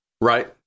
Right